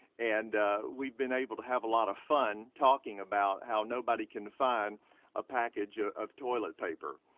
and we've been able to have a lot of fun talking about how nobody can find a package of toilet paper.